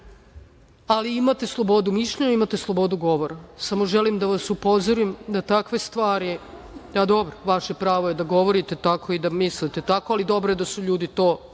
imate slobodu mišljenja, imate slobodu govora. Samo želim da vas upozorim da takve stvari. Ali, dobro, vaše pravo je da govorite tako i da mislite tako, ali dobro je da su ljudi to čuli